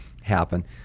happen